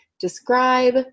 describe